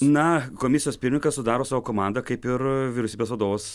na komisijos pirmininkas sudaro savo komandą kaip ir vyriausybės vadovas